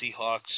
Seahawks